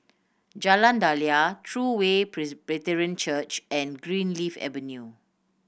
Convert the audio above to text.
Jalan Daliah True Way Presbyterian Church and Greenleaf Avenue